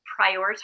prioritize